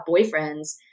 boyfriends